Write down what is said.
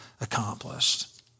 accomplished